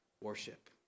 worship